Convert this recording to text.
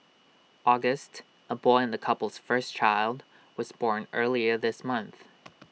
August A boy and the couple's first child was born earlier this month